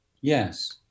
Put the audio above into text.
Yes